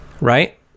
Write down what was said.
right